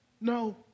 No